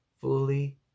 fully